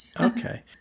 Okay